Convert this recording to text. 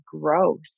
gross